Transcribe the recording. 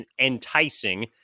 enticing